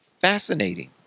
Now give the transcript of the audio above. Fascinating